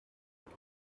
with